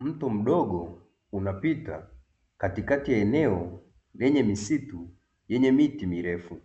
Mto mdogo unapita katikati ya eneo lenye misitu lenye miti mirefu,